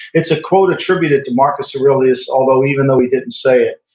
it's a quote attributed to marcus aurelias, although even though he didn't say it.